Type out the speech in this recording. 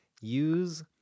use